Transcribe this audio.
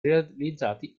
realizzati